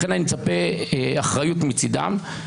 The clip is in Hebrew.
לכן אני מצפה אחריות מצידם.